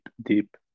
deep